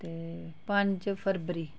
ते पंज फरबरी